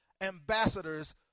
ambassadors